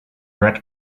red